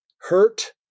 hurt